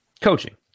Coaching